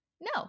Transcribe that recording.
No